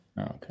Okay